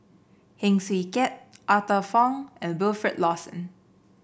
Heng Swee Keat Arthur Fong and Wilfed Lawson